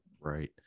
Right